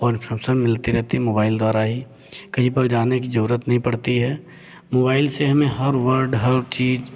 और इन्फोसन मिलती रहती है मोबाइल द्वारा ही कहीं पर जाने की ज़रूरत भी नहीं पड़ती है मोबाइल से हमें हर वर्ड हर चीज़